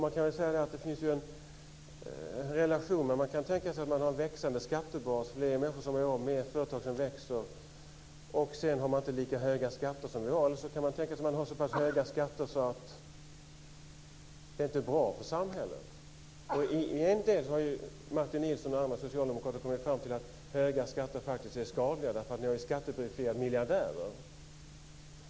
Man kan säga att det finns en relation. Man kan tänka sig att man har en växande skattebas, fler människor som har jobb, fler företag som växer och sedan inte så höga skatter som vi har. Man kan tänka sig att vi har så pass höga skatter att det inte är bra för samhället. I en del har Martin Nilsson och andra socialdemokrater kommit fram till att höga skatter faktiskt är skadliga. Ni har ju skattebefriat miljardärer.